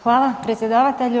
Hvala predsjedavatelju.